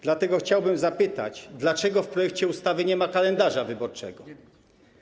Dlatego chciałbym zapytać, dlaczego w projekcie ustawy nie ma kalendarza wyborczego.